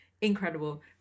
Incredible